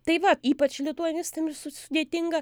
tai va ypač lituanistam ir su sudėtinga